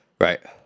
Right